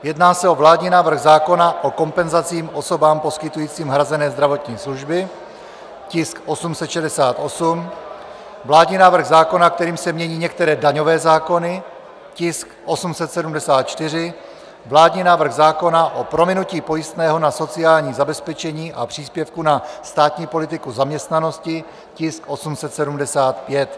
Jedná se o vládní návrh zákona o kompenzacích osobám poskytujícím hrazené zdravotní služby, tisk 868, vládní návrh zákona, kterým se mění některé daňové zákony, tisk 874, vládní návrh zákona o prominutí pojistného na sociální zabezpečení a příspěvku na státní politiku zaměstnanosti, tisk 875.